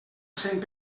cent